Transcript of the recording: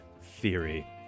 Theory